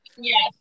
Yes